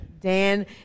Dan